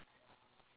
ya